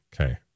okay